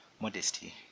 modesty